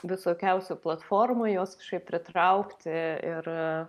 visokiausių platformų juos kažkaip pritraukti ir